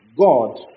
God